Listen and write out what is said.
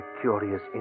curious